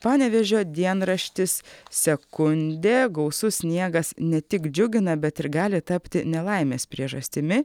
panevėžio dienraštis sekundė gausus sniegas ne tik džiugina bet ir gali tapti nelaimės priežastimi